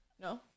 No